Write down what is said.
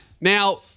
Now